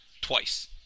twice